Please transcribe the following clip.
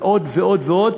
ועוד ועוד ועוד,